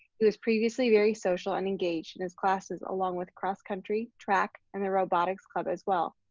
he was previously very social and engaged in his classes along with cross country, track, and the robotics club as well.